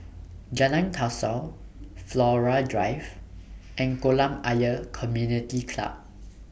Jalan Kasau Flora Drive and Kolam Ayer Community Club